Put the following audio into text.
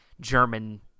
German